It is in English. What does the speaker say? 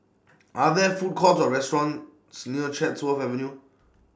Are There Food Courts Or restaurants near Chatsworth Avenue